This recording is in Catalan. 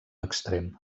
extrem